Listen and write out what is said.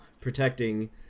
protecting